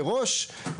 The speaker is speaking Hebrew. מראש,